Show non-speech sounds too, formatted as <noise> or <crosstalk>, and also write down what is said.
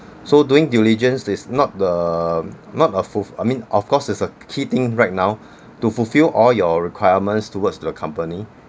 so doing diligence is not the not a full I mean of course is a key thing right <breath> now to fulfill all your requirements towards to a company